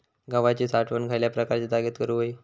गव्हाची साठवण खयल्या प्रकारच्या जागेत करू होई?